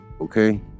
Okay